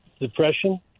Depression